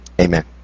Amen